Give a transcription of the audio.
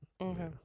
Okay